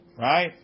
right